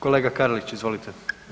Kolega Karlić, izvolite.